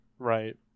right